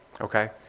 Okay